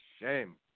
Shame